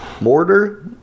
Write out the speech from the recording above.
Mortar